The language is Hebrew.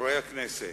חברי הכנסת,